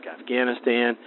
Afghanistan